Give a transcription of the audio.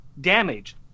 Damage